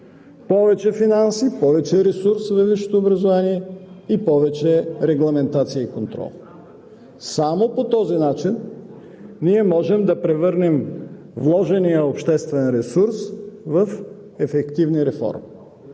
Повече финанси, повече ресурс във висшето образование и повече регламентация и контрол. Само по този начин ние можем да превърнем вложения обществен ресурс в ефективна реформа.